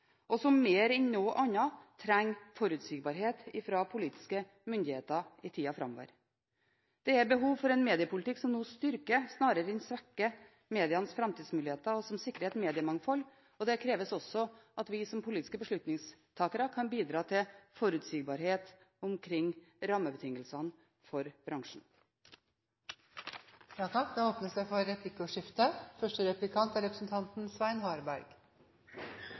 og som mer enn noe annet trenger forutsigbarhet fra politiske myndigheter i tida framover. Det er behov for en mediepolitikk som nå styrker snarere enn svekker medienes framtidsmuligheter, og som sikrer et mediemangfold. Det krever også at vi, som politiske beslutningstakere, kan bidra til forutsigbarhet omkring rammebetingelsene for bransjen. Det blir replikkordskifte. Først en liten kommentar: Vi kommer nok til å kjempe for